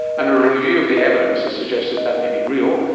and a review of the evidence has suggested that may be real,